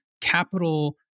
capital